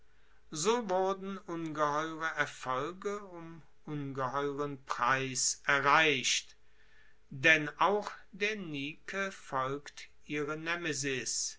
so wurden ungeheure erfolge um ungeheuren preis erreicht denn auch der nike folgt ihre nemesis